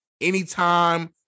anytime